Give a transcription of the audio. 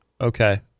Okay